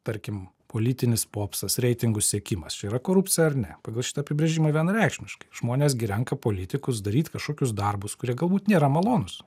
tarkim politinis popsas reitingų siekimas čia yra korupcija ar ne pagal šitą apibrėžimą vienareikšmiškai žmonės gi renka politikus daryt kažkokius darbus kurie galbūt nėra malonūs